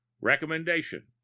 Recommendation